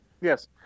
Yes